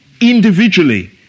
individually